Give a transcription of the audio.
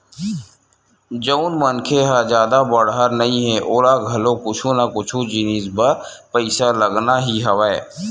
जउन मनखे ह जादा बड़हर नइ हे ओला घलो कुछु ना कुछु जिनिस बर पइसा लगना ही हवय